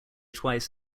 twice